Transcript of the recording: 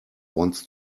wants